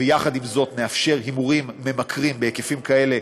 ויחד עם זאת נאפשר הימורים ממכרים בהיקפים כאלה.